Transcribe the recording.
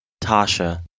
Tasha